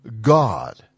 God